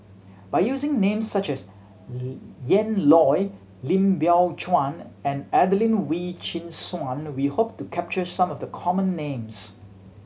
by using names such as Ian Loy Lim Biow Chuan and Adelene Wee Chin Suan we hope to capture some of the common names